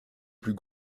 plus